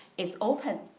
is open